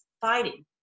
fighting